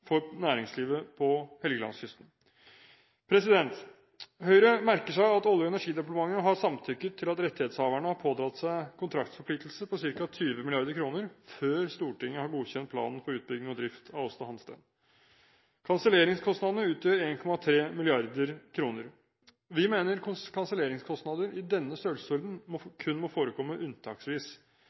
for næringslivet på Helgelandskysten. Høyre merker seg at Olje- og energidepartementet har samtykket til at rettighetshaverne har pådratt seg kontraktsforpliktelser på ca. 20 mrd. kr før Stortinget har godkjent planen for utbygging og drift av Aasta Hansteen. Kanselleringskostnadene utgjør 1,3 mrd. kr. Vi mener kanselleringskostnader i denne størrelsesordenen kun må forekomme unntaksvis,